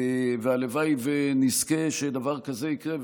הלוואי ונזכה שדבר כזה יקרה,